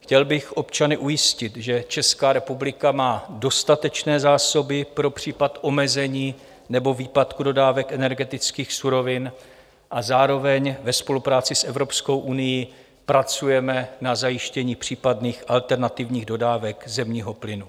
Chtěl bych občany ujistit, že Česká republika má dostatečné zásoby pro případ omezení nebo výpadku dodávek energetických surovin, a zároveň ve spolupráci s Evropskou unií pracujeme na zajištění případných alternativních dodávek zemního plynu.